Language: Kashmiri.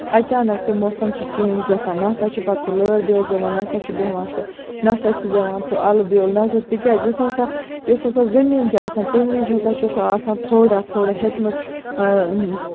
اَچانک سُہ موسَم چھُ چینج گژھان نہ ہسا چھُ پَتہٕ لٲر بیول زیوان نہ ہسا چھُ بیہوان سُہ نہ ہسا زیوان سُہ اَلہٕ بیول نہ ہسا تِکیازِ یُس ہسا یُس ہسا زٔمیٖن چھُ آسان تَمہِ وِزِ ہسا چھُ سُہ آسان تھوڑا تھوڑا ہیٚژٕٕمٕژ